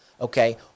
okay